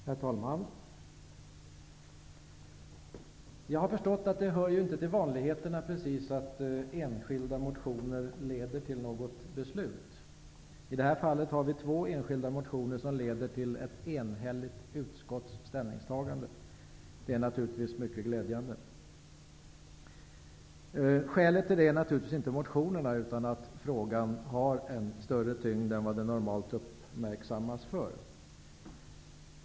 Herr talman! Jag har förstått att det inte hör till vanligheterna att enskilda motioner leder till något beslut. I det här fallet har vi två enskilda motioner som leder till ett enhälligt utskotts ställningstagande. Det är naturligtvis mycket glädjande. Skälet till detta är naturligtvis inte motionerna, utan att frågan har en större tyngd än den normalt uppmärksammas för.